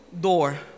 door